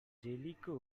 jellicoe